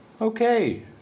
Okay